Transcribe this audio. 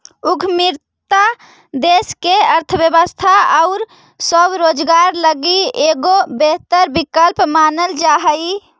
उद्यमिता देश के अर्थव्यवस्था आउ स्वरोजगार लगी एगो बेहतर विकल्प मानल जा हई